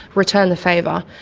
return the favour,